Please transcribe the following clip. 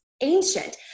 ancient